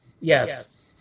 Yes